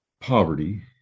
poverty